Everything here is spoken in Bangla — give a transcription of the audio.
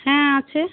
হ্যাঁ আছে